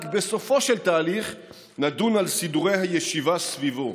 רק בסופו של התהליך נדון על סידורי הישיבה סביבו.